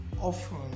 often